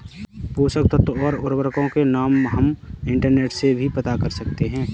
पोषक तत्व और उर्वरकों के नाम हम इंटरनेट से भी पता कर सकते हैं